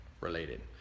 related